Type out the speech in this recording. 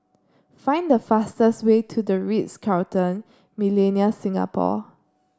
find the fastest way to The Ritz Carlton Millenia Singapore